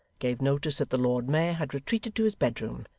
gave notice that the lord mayor had retreated to his bedroom,